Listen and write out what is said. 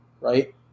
right